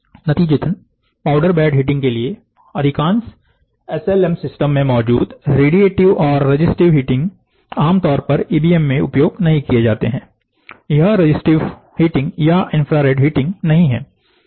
नतीजतन powder bed heating के लिए अधिकांश एस एल एम सिस्टम में मौजूद रेडिएटिव और रजिस्टिव हिटिंग आमतौर पर इबीएममें उपयोग नहीं किए जाते हैं यह रजिस्टिव हीटिंग या इन्फ्रारेड हिटिंग नहीं है